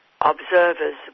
observers